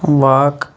walk